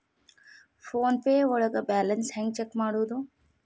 Phone pay ಒಳಗ balance ಹೆಂಗ್ check ಮಾಡುವುದು?